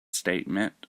statement